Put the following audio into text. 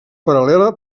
paral·lela